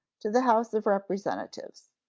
to the house of representatives